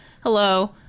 Hello